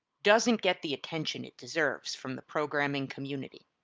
doesn't get the attention it deserves from the programming community.